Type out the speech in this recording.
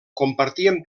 compartien